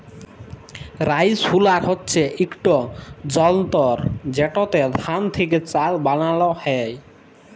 rice huller হছে ইকট যল্তর যেটতে ধাল থ্যাকে চাল বালাল হ্যয়